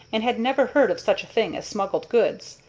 and had never heard of such a thing as smuggled goods.